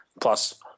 plus